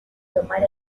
tomar